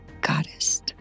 goddess